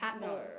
no